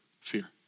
fear